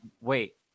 Wait